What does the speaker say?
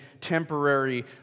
temporary